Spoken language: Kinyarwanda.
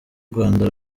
rwanda